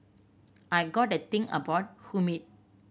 I got a thing about humid